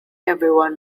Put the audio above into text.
everyone